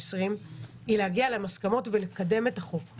בכנסת העשרים היא להגיע להסכמות ולקדם את החוק.